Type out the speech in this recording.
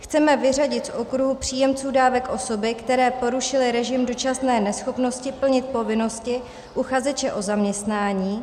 Chceme vyřadit z okruhu příjemců dávek osoby, které porušily režim dočasné neschopnosti plnit povinnosti uchazeče o zaměstnání.